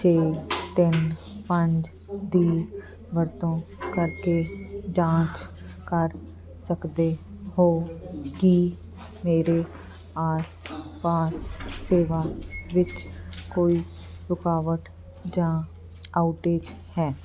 ਛੇ ਤਿੰਨ ਪੰਜ ਦੀ ਵਰਤੋਂ ਕਰਕੇ ਜਾਂਚ ਕਰ ਸਕਦੇ ਹੋ ਕੀ ਮੇਰੇ ਆਸ ਪਾਸ ਸੇਵਾ ਵਿੱਚ ਕੋਈ ਰੁਕਾਵਟ ਜਾਂ ਆਊਟੇਜ ਹੈ